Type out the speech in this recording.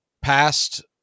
past